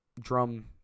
drum